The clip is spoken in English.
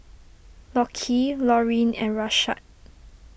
Lockie Laurine and Rashad